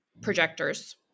projectors